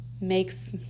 makes